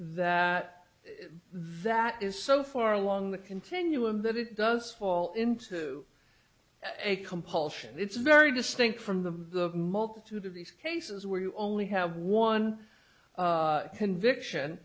that that is so far along the continuum that it does fall into a compulsion it's very distinct from the multitude of these cases where you only have one conviction